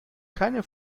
keine